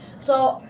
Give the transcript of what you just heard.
so,